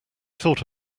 thought